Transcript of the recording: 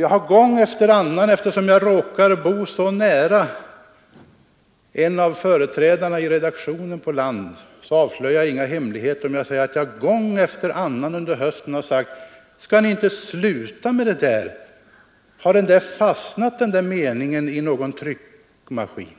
Jag avslöjar inga hemligheter om jag säger att jag, eftersom jag råkar bo nära en av företrädarna för redaktionen på tidningen Land, gång efter annan under hösten har sagt: Skall ni inte sluta med det där, har den där meningen fastnat i någon tryckmaskin?